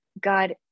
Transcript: God